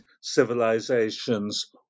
civilizations